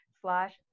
slash